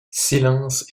silence